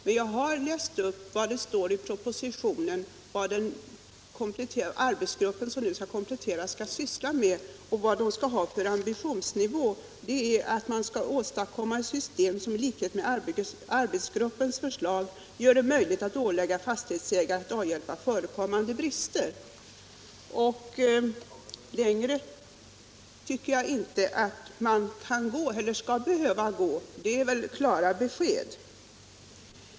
Men jag har läst upp vad det står i propositionen att den arbetsgrupp som skall komplettera materialet skall syssla med och vilken ambitionsnivå den skall ha. Man skall alltså åstadkomma ett system som i likhet med arbetsgruppens förslag gör det möjligt att ålägga fastighetsägaren att avhjälpa förekommande brister. Längre tycker jag inte man skall behöva gå. Det är väl klara besked.